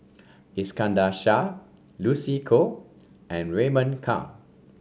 Iskandar Shah Lucy Koh and Raymond Kang